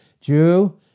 Jew